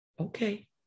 okay